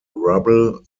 rubble